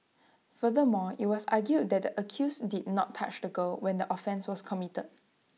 furthermore IT was argued that the accused did not touch the girl when the offence was committed